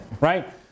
Right